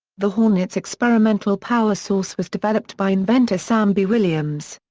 the hornet's experimental power source was developed by inventor sam b. williams.